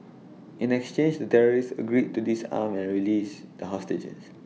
in exchange the terrorists agreed to disarm and released the hostages